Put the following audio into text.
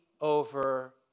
over